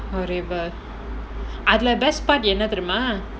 அதுல:adhula best part என்னனு தெரியுமா:ennaanu theriyumaa